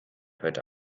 heute